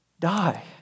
Die